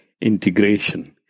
integration